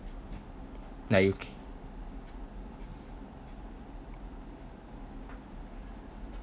like